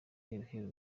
iheruheru